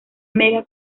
mega